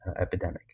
epidemic